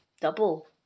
double